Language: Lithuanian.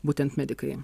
būtent medikai